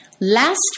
Last